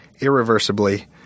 irreversibly